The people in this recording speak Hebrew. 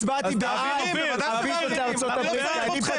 אני הצבעתי בעד הוויזות לארצות הברית כי אני פטריוט.